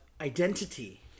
identity